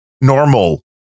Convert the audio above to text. normal